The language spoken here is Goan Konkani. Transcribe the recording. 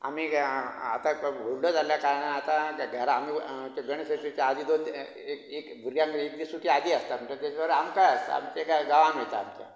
आमी आतां व्हडलो जाल्ल्या कारणान आतां घरां आमी गणेश चतुर्थीचें आदी दोन ती् एक एक भुरग्यांक एक दीस सुटी आदी आसता म्हटल्या तेका लागून आमकांय आसता आमचें कांय गांवान वयता आमच्या